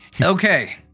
Okay